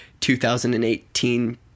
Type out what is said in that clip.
2018